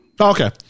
okay